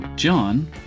John